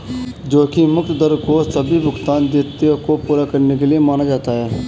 जोखिम मुक्त दर को सभी भुगतान दायित्वों को पूरा करने के लिए माना जाता है